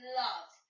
love